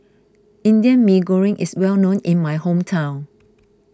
Indian Mee Goreng is well known in my hometown